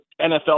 NFL